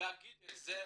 להגיד את זה,